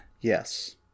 Yes